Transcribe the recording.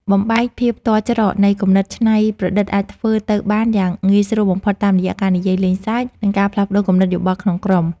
បំបែកភាពទាល់ច្រកនៃគំនិតច្នៃប្រឌិតអាចធ្វើទៅបានយ៉ាងងាយស្រួលបំផុតតាមរយៈការនិយាយលេងសើច និង ការផ្លាស់ប្តូរគំនិតយោបល់ក្នុងក្រុម។